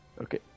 Okay